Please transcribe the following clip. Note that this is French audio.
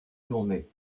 journée